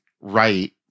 Right